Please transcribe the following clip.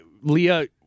Leah